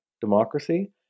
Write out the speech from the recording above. democracy